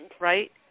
right